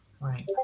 Right